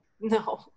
No